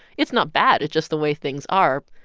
it's not bad. it's just the way things are.